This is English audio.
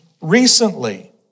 recently